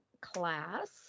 class